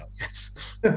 Yes